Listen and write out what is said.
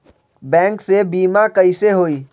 Bank से बिमा कईसे होई?